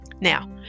Now